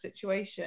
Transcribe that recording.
situation